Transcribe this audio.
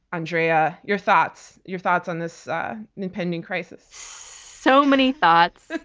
andrea, your thoughts your thoughts on this impending crisis? so many thoughts.